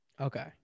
Okay